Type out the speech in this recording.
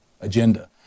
agenda